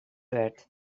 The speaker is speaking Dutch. werd